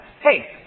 Hey